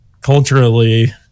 culturally